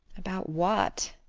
about what?